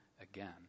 again